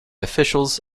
officials